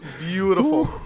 beautiful